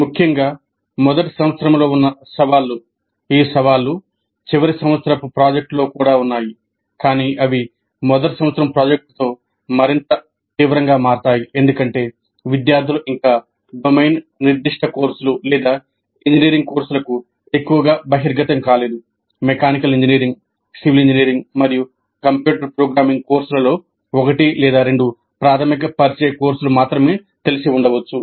ముఖ్యంగా మొదటి సంవత్సరంలో ఉన్న సవాళ్లు ఈ సవాళ్లు చివరి సంవత్సరపు ప్రాజెక్టులో కూడా ఉన్నాయి కాని అవి మొదటి సంవత్సరం ప్రాజెక్టుతో మరింత తీవ్రంగా మారతాయి ఎందుకంటే విద్యార్థులు ఇంకా డొమైన్ నిర్దిష్ట కోర్సులు లేదా ఇంజనీరింగ్ కోర్సులకు ఎక్కువగా బహిర్గతం కాలేదు మెకానికల్ ఇంజనీరింగ్ సివిల్ ఇంజనీరింగ్ మరియు కంప్యూటర్ ప్రోగ్రామింగ్ కోర్సులలో ఒకటి లేదా రెండు ప్రాథమిక పరిచయ కోర్సులుమాత్రమే తెలిసి ఉండవచ్చు